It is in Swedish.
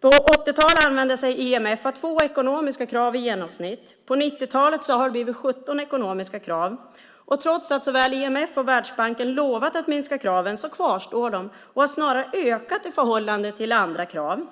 På 80-talet använde sig IMF av två ekonomiska krav i genomsnitt. På 90-talet hade det blivit 17 ekonomiska krav. Trots att såväl IMF som Världsbanken lovat att minska kraven kvarstår de och har snarare ökat i förhållande till andra krav.